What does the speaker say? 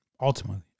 ultimately